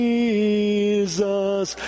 Jesus